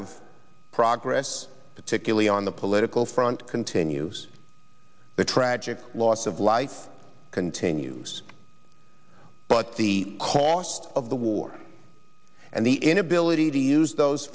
of progress particularly on the political front continues the tragic loss of life continues but the cost of the war and the inability to use those